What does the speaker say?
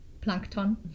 Plankton